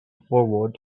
forward